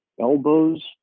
elbows